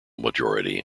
majority